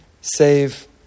save